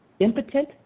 impotent